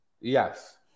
Yes